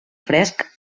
fresc